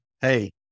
hey